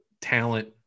talent